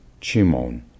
Chimon